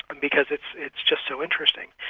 because it's it's just so interesting.